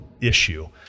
issue